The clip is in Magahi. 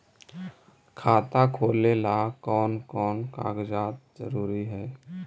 खाता खोलें ला कोन कोन कागजात जरूरी है?